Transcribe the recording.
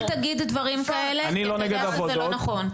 אל תגיד דברים כאלה, כי אתה יודע שזה לא נכון.